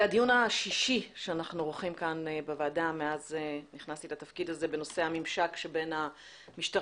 זה הדיון השישי שאנחנו עורכים כאן בוועדה בנושא הממשק שבין המשטרה